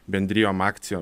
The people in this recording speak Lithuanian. bendrijom akcijo